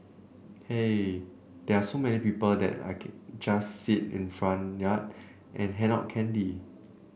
here there are so many people that I just sit in the front yard and hand out candy